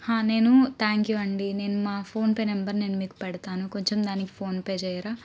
నేను thank you అండీ నేను మా ఫోన్ పే నెంబర్ మీకు పెడతాను కొంచం దానికి ఫోన్ పే చేయరా